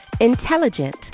Intelligent